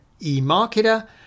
eMarketer